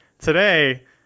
today